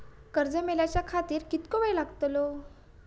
कर्ज मेलाच्या खातिर कीतको वेळ लागतलो?